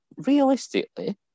realistically